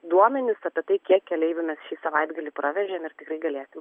duomenis apie tai kiek keleivių mes šį savaitgalį pravežėm ir tikrai galėsim